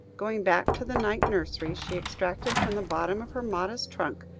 going back to the night nursery, she extracted from the bottom of her modest trunk,